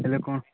ହେଲେ କ'ଣ